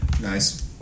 Nice